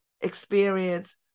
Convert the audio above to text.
experience